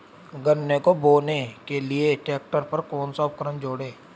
गन्ने को बोने के लिये ट्रैक्टर पर कौन सा उपकरण जोड़ें?